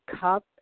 Cup